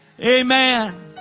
Amen